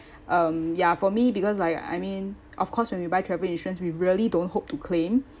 um ya for me because like I mean of course when we buy travel insurance we really don't hope to claim